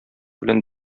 белән